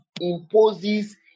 imposes